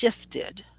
shifted